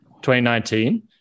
2019